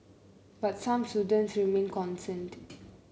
but some students remain concerned